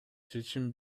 чечим